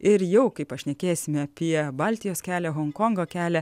ir jau kai pašnekėsime apie baltijos kelią honkongo kelią